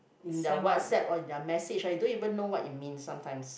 in their WhatsApp or in their message ah you don't even know what it means sometimes